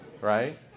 Right